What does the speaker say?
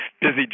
busy